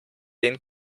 den